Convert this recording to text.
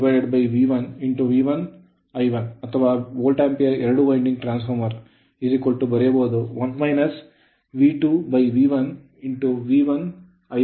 ಆದ್ದರಿಂದ ಇದು V1 ಅಥವಾ VA ಎರಡು ವೈಂಡಿಂಗ್ ಟ್ರಾನ್ಸ್ ಫಾರ್ಮರ್ ಬರೆಯಬಹುದು 1 V2V1V1I1 ಆಗಿರುತ್ತದೆ